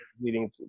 leading